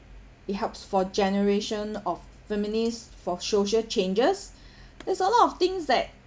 it helps for generation of feminist for social changes there's a lot of things that